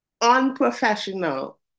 unprofessional